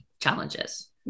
challenges